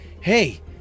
Hey